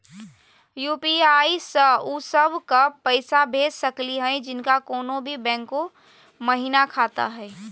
UPI स उ सब क पैसा भेज सकली हई जिनका कोनो भी बैंको महिना खाता हई?